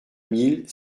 mille